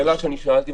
השאלה שאני שאלתי,